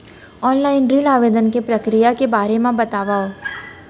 Online ऋण आवेदन के प्रक्रिया के बारे म बतावव?